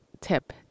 tip